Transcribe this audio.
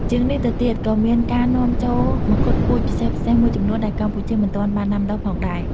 ជាងនេះទៅទៀត ក៏មានការនាំចូលមង្ឃុតពូជពិសេសៗមួយចំនួនដែលកម្ពុជាមិនទាន់បានដាំដុះផងដែរ។